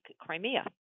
Crimea